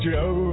Joe